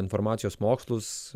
informacijos mokslus